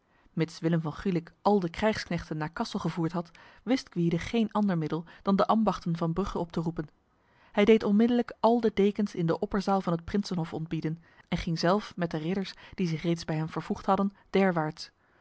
mits willem van gulik al de krijgsknechten naar kassel gevoerd had wist gwyde geen ander middel dan de ambachten van brugge op te roepen hij deed onmiddellijk al de dekens in de opperzaal van het prinsenhof ontbieden en ging zelf met de ridders die zich reeds bij hem vervoegd hadden